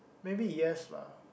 maybe yes lah